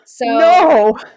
No